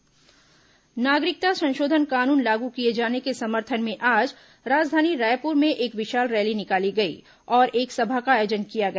नागरिकता संशोधन कानून रैली नागरिकता संशोधन कानून लागू किए जाने के समर्थन में आज राजधानी रायपुर में एक विशाल रैली निकाली गई और एक सभा का आयोजन किया गया